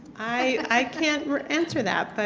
i cannot answer that. but